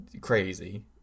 crazy